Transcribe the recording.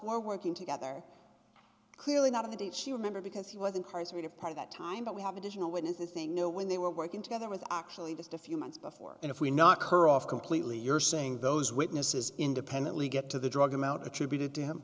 were working together clearly not of the date she remember because he was incarcerated for that time but we have additional witnesses they know when they were working together was actually just a few months before and if we knock her off completely you're saying those witnesses independently get to the drug amount attributed to him